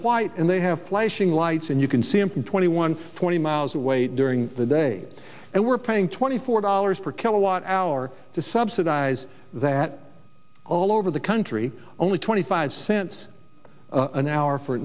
white and they have flashing lights and you can see em from twenty one twenty miles away during the day and we're paying twenty four dollars per kilowatt hour to subsidize that all over the country only twenty five cents an hour for